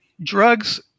drugs